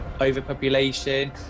overpopulation